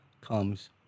comes